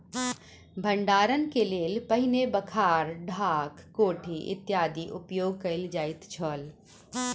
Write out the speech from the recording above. भंडारणक लेल पहिने बखार, ढाक, कोठी इत्यादिक उपयोग कयल जाइत छल